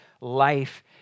life